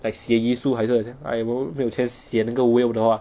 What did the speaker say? like 协议书还是什么 like 我没有钱写那个 will 的话